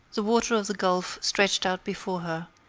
the water of the gulf stretched out before her,